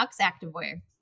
Activewear